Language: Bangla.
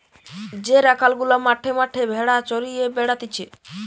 যে রাখাল গুলা মাঠে মাঠে ভেড়া চড়িয়ে বেড়াতিছে